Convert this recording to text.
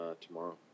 Tomorrow